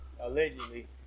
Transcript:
allegedly